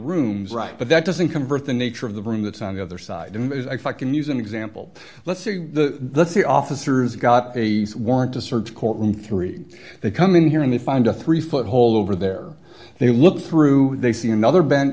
rooms right but that doesn't convert the nature of the room that's on the other side is i can use an example let's say to the officers got a warrant to search court room three they come in here and they find a three foot hole over there they look through they see another b